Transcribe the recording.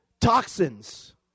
toxins